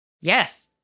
Yes